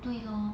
对 lor